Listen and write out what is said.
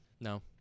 No